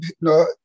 no